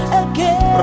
again